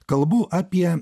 kalbu apie